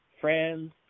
friends